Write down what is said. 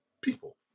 people